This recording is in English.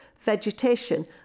vegetation